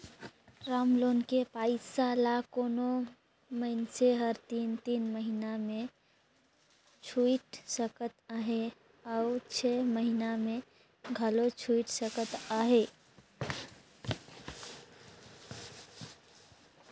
term loan के पइसा ल कोनो मइनसे हर तीन तीन महिना में छुइट सकत अहे अउ छै महिना में घलो छुइट सकत अहे